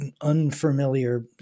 unfamiliar